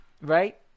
right